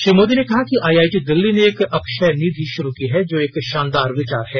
श्री मोदी कहा कि आईआईटी दिल्ली ने एक अक्षयनिधि शुरू की है जो एक शानदार विचार है